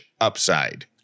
upside